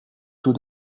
taux